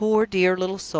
poor dear little soul!